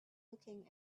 looking